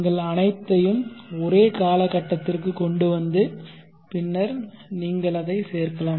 நீங்கள் அனைத்தையும் ஒரே கால கட்டத்திற்கு கொண்டு வந்து பின்னர் நீங்கள் அதை சேர்க்கலாம்